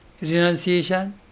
renunciation